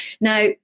Now